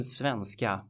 svenska